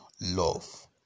love